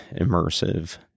immersive